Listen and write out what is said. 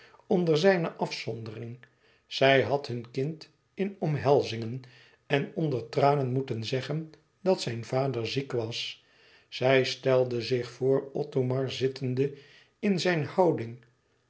onder zijne afzondering zij had hun kind in omhelzingen en onder tranen moeten zeggen dat zijn vader ziek was zij stelde zich voor othomar zittende in zijn houding